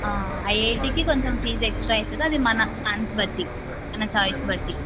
ఐఐటీకి కొంచెం fees extra అవుతుంది మన ఛాన్స్ బట్టి మన ఛాయిస్ బట్టి